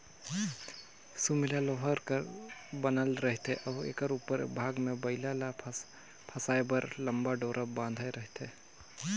सुमेला लोहा कर बनल रहथे अउ एकर उपर भाग मे बइला ल फसाए बर लम्मा डोरा बंधाए रहथे